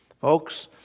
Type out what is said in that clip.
Folks